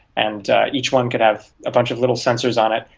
and each one could have a bunch of little sensors on it.